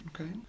Okay